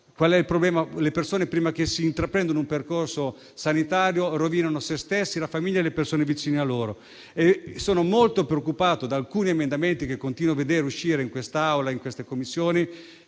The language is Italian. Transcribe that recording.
qual è il problema delle persone che, prima di intraprendere un percorso sanitario, rovinano se stessi, la famiglia, e le persone vicine a loro. Sono molto preoccupato da alcuni emendamenti che continuo a vedere presentare in quest'Aula e nelle Commissioni,